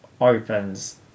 opens